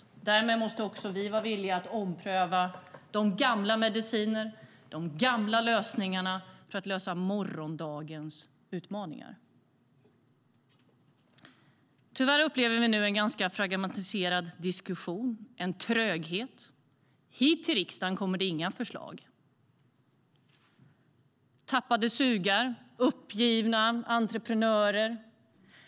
Därmed måste också vi vara villiga att ompröva de gamla medicinerna och de gamla lösningarna för att lösa morgondagens utmaningar. Tyvärr upplever vi nu en ganska fragmenterad diskussion, en tröghet. Hit till riksdagen kommer det inga förslag. Det är tappade sugar och uppgivna entreprenörer.